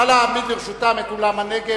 נא להעמיד לרשותם את אולם "נגב",